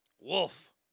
Wolf